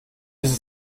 ist